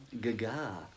Gaga